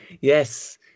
yes